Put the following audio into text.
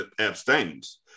abstains